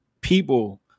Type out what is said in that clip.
people